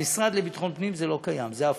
במשרד לביטחון פנים זה לא קיים, זה הפוך.